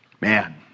Man